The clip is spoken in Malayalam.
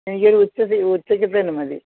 എനിക്ക് ഒരു ഉച്ചയ്ക്ക് ഉച്ചയ്ക്കത്തേനും മതി